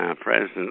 president